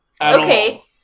Okay